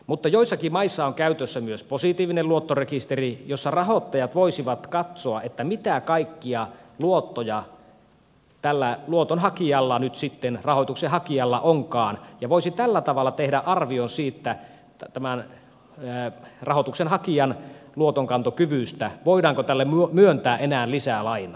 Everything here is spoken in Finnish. mutta joissakin maissa on käytössä myös positiivinen luottorekisteri jossa rahoittajat voivat katsoa mitä kaikkia luottoja tällä luoton hakijalla rahoituksen hakijalla nyt sitten onkaan ja rahoittaja voi tällä tavalla tehdä arvion tämän rahoituksen hakijan luotonkantokyvystä voidaanko tälle myöntää enää lisää lainaa